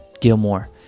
gilmore